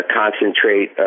concentrate